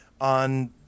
on